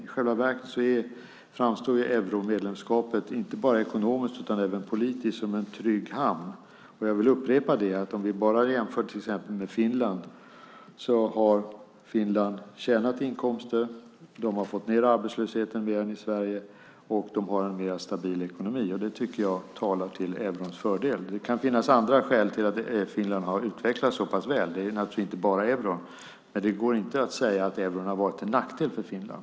I själva verket framstår euromedlemskapet, inte bara ekonomiskt utan även politiskt, som en trygg hamn. Jag vill upprepa att om vi bara jämför med till exempel Finland ser vi att Finland har tjänat inkomster, har fått ned arbetslösheten mer än Sverige och har en mer stabil ekonomi. Det tycker jag talar till eurons fördel. Det kan finnas andra skäl till att Finland har utvecklats så pass väl. Det handlar naturligtvis inte bara om euron. Men det går inte att säga att euron har varit till nackdel för Finland.